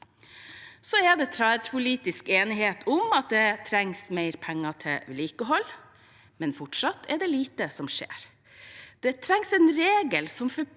Det er tverrpolitisk enighet om at det trengs mer penger til vedlikehold, men fortsatt er det lite som skjer. Det trengs en regel som forplikter